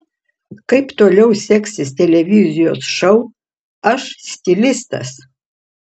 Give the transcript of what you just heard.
kaip toliau seksis televizijos šou aš stilistas